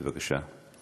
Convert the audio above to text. בבקשה.